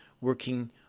working